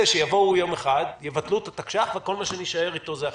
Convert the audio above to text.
שיבואו יום אחד ויבטלו את התקש"ח וכל מה שנשאר איתו זה החקיקה.